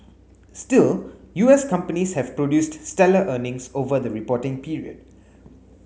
still U S companies have produced stellar earnings over the reporting period